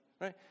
Right